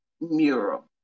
mural